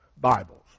Bibles